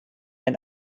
and